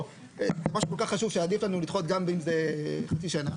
או זה משהו שכל כך חשוב עדיף לנו לדחות גם אם זה בחצי שנה.